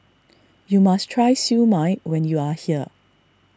you must try Siew Mai when you are here